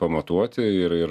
pamatuoti ir ir